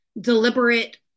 deliberate